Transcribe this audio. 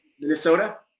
Minnesota